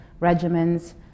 regimens